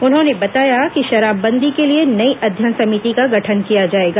उन्होंने बताया कि शराब बंदी के लिए नई अध्ययन समिति का गठन किया जाएगा